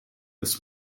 this